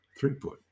throughput